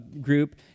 group